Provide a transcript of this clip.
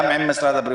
גם עם משרד הבריאות,